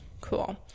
Cool